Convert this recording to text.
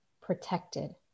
protected